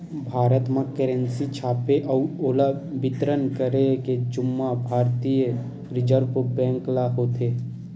भारत म करेंसी छापे अउ ओला बितरन करे के जुम्मा भारतीय रिजर्व बेंक ल होथे